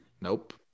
Nope